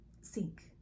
sink